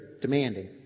demanding